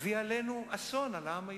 נביא אסון על העם היהודי,